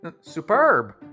Superb